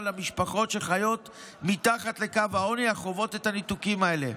למשפחות שחיות מתחת לקו העוני וחוות את הניתוקים האלה.